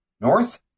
North